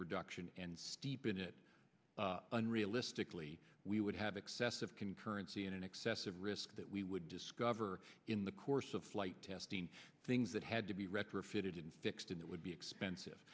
production and steeping it unrealistically we would have excessive concurrency in an excessive risk that we would discover in the course of flight testing things that had to be retrofitted and fixed and it would be expensive